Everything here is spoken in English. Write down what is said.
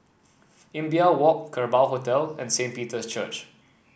Imbiah Walk Kerbau Hotel and Saint Peter's Church